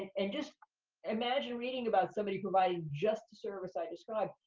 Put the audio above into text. and just imagine reading about somebody providing just the service i described.